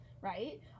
right